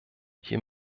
hier